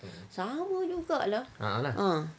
sama juga lah ah